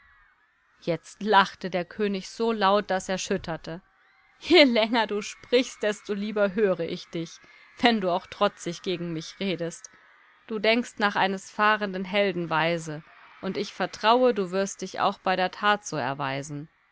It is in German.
jetzt lachte der könig so laut daß er schütterte je länger du sprichst desto lieber höre ich dich wenn du auch trotzig gegen mich redest du denkst nach eines fahrenden helden weise und ich vertraue du wirst dich auch bei der tat so erweisen